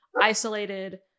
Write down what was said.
isolated